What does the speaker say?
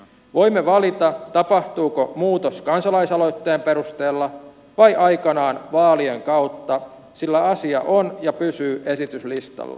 voimme valita tapahtuuko muutos kansalaisaloitteen perusteella vai aikanaan vaalien kautta sillä asia on ja pysyy esityslistalla